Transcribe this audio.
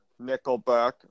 Nickelback